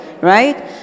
Right